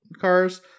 cars